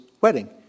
wedding